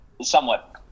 somewhat